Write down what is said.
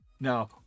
Now